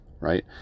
right